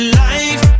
life